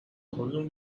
خودتون